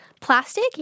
plastic